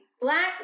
Black